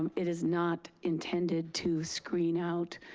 it is not intended to screen out.